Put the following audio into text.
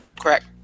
Correct